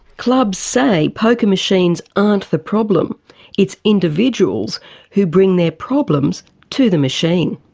clubs say poker machines aren't the problem it's individuals who bring their problems to the machine.